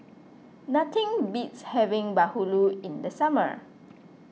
nothing beats having Bahulu in the summer